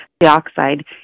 dioxide